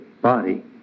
body